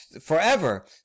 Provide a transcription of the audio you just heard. forever